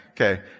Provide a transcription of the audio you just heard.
Okay